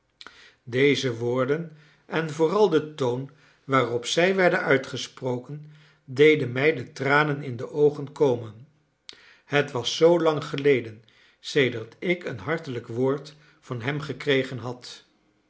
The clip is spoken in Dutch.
deze woorden en vooral de toon waarop zij werden uitgesproken deden mij de tranen in de oogen komen het was zoo lang geleden sedert ik een hartelijk woord van hem gekregen had